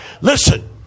Listen